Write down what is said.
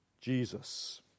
Jesus